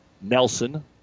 Nelson